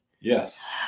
Yes